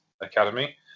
Academy